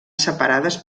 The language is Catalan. separades